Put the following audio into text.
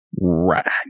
Right